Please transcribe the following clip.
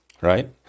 right